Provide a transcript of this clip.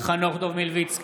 חנוך דב מלביצקי,